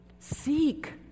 seek